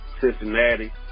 Cincinnati